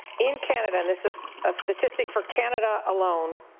in canada and this is a statistic for canada alone,